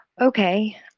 Okay